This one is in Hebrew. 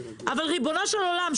אבל ריבונו של עולם,